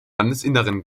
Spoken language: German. landesinneren